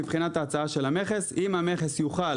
מבחינת ההצעה של המכס אם המכס יוכל